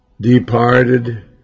departed